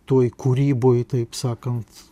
toj kūryboj taip sakant